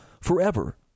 forever